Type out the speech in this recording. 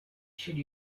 should